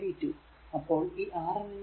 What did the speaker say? അപ്പോൾ ഈ R n നു കുറുകെ ആണേൽ v n